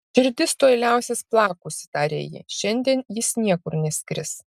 širdis tuoj liausis plakusi tarė ji šiandien jis niekur neskris